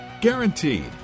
Guaranteed